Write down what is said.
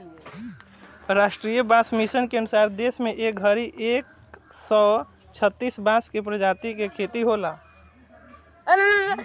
राष्ट्रीय बांस मिशन के अनुसार देश में ए घड़ी एक सौ छतिस बांस के प्रजाति के खेती होला